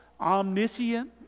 Omniscient